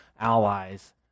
allies